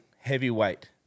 heavyweight